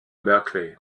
berkeley